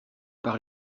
par